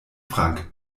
frank